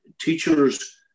teachers